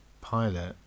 pilot